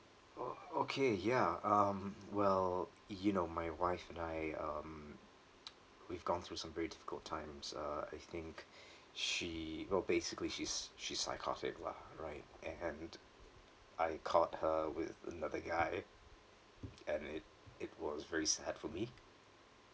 o~ okay ya um well you know my wife and I um we've gone through some very difficult times uh I think she you know basically she's she's psychotic lah right and I caught her with another guy and it it was very sad for me